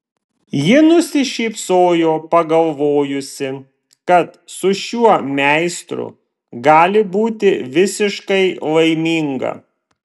ji nusišypsojo pagalvojusi kad su šiuo meistru gali būti visiškai laiminga